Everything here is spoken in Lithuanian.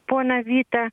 poną vytą